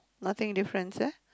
nothing difference ya